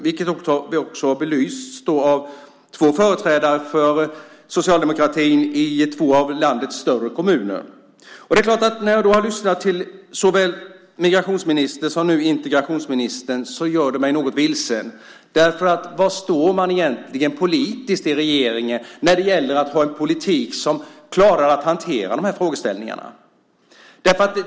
Detta har också belysts av två företrädare för socialdemokratin i två av landets större kommuner. När jag har lyssnat till såväl migrationsministern som nu integrationsministern gör det mig något vilsen. Var står man egentligen politiskt i regeringen när det gäller att ha en politik som klarar att hantera de här frågeställningarna?